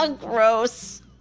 Gross